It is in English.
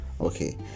okay